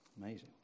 Amazing